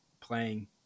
playing